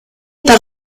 par